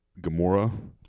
Gamora